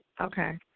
Okay